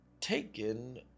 taken